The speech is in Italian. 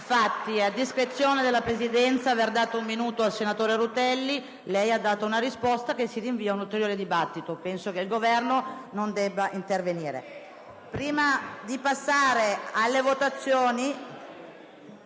stata discrezione della Presidenza aver concesso un minuto al senatore Rutelli. Lei ha dato una risposta che rinvia ad un ulteriore dibattito. Penso che il Governo non debba intervenire.